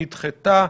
נדחתה.